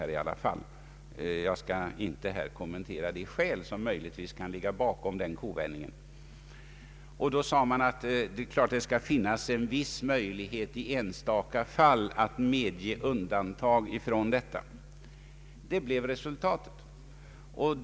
Jag skall inte här kommentera de skäl som möjligen kunde ligga bakom kovändningen. Då sade man att det givetvis skall finnas en viss möjlighet att i enstaka fall medge undantag. Det blev resulta tet.